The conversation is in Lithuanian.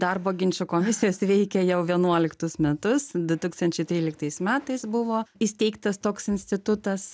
darbo ginčų komisijos veikia jau vienuoliktus metus du tūkstančiai tryliktais metais buvo įsteigtas toks institutas